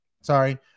sorry